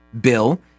bill